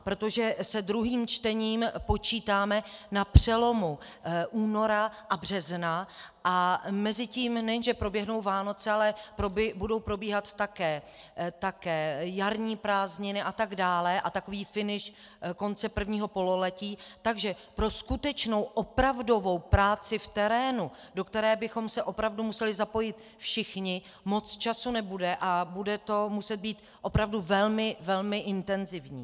Protože s druhým čtením počítáme na přelomu února a března a mezitím nejen že proběhnou Vánoce, ale budou probíhat také jarní prázdniny atd. a takový finiš konce prvního pololetí, takže pro skutečnou opravdovou práci v terénu, do které bychom se opravdu museli zapojit všichni, moc času nebude a bude to muset být opravdu velmi, velmi intenzivní.